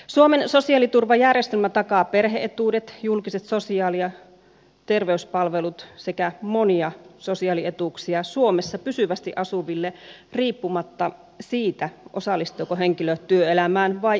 suomen sosiaaliturvajärjestelmä takaa perhe etuudet julkiset sosiaali ja terveyspalvelut sekä monia sosiaalietuuksia suomessa pysyvästi asuville riippumatta siitä osallistuuko henkilö työelämään vai ei